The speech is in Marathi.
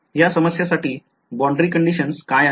या समस्यासाठी boundary कंडिशन्डस काय आहे